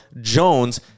Jones